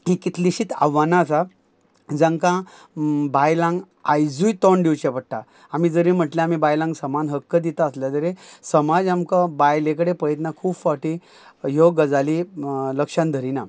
हीं कितलीशींत आव्हानां आसा जांकां बायलांक आयजूय तोंड दिवचें पडटा आमी जरी म्हटलें आमी बायलांक समान हक्क दिता आसले तरी समाज आमकां बायले कडे पळयतना खूब फावटी ह्यो गजाली म् लक्षान धरिना